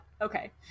Okay